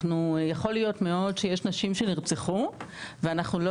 יכול מאוד להיות שיש נשים שנרצחו ואנחנו לא